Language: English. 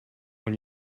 when